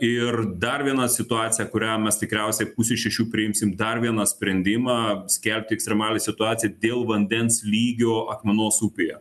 ir dar viena situacija kurią mes tikriausiai pusę šešių priimsim dar vieną sprendimą skelbti ekstremalią situaciją dėl vandens lygio akmenos upėje